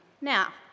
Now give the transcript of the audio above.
Now